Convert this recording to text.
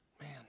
Man